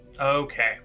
Okay